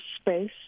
space